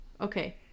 okay